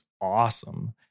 awesome